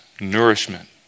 nourishment